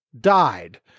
died